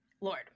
lord